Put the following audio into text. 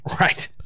Right